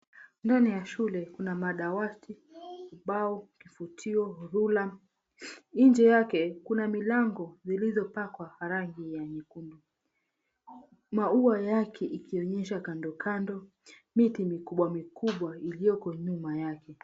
Ndani ya shule kuna madawati, ubao, kifutio, rula nje yake kuna milango zilizopakwa rangi ya nyekundu, maua yake yakionyesha kando miti mikubwa iliyoko nyuma yake.